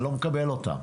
אני לא מקבל אותם,